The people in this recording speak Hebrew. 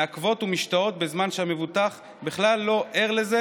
מעכבות ומשתהות בזמן שהמבוטח בכלל לא ער לזה